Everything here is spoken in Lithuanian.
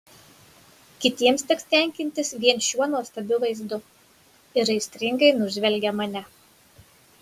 kitiems teks tenkintis vien šiuo nuostabiu vaizdu ir aistringai nužvelgia mane